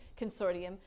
consortium